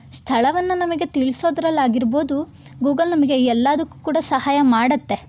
ಸ್ಥಳವನ್ನು ನಮಗೆ ತಿಳಿಸೋದ್ರಲ್ಲಿ ಆಗಿರ್ಬೋದು ಗೂಗಲ್ ನಮಗೆ ಎಲ್ಲದಕ್ಕೂ ಕೂಡ ಸಹಾಯ ಮಾಡುತ್ತೆ